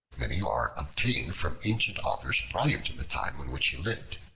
many are obtained from ancient authors prior to the time in which he lived.